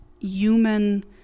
human